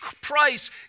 price